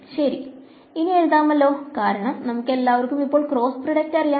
ശെരി ഇനി നമുക്ക് എഴുതാമല്ലോ കാരണം നമുക്ക് എല്ലാവർക്കും ഇപ്പോൾ ക്രോസ്സ് പ്രോഡക്റ്റ് അറിയാം